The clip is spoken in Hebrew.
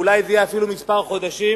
ואולי זה יהיה בעוד כמה חודשים,